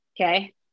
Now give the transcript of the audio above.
Okay